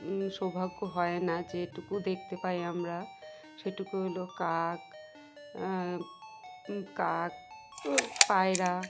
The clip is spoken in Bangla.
সৌভাগ্য হয় না যেটুকু দেখতে পাই আমরা সেটুকু হলো কাক কাক পায়রা